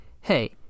hey